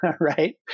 right